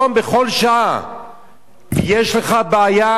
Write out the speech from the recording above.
יש לך בעיה בין-לאומית, לא להתכחש לזה.